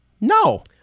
No